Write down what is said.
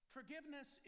Forgiveness